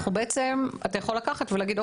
אתה יכול לקחת ולהגיד,